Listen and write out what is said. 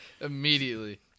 Immediately